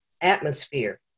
atmosphere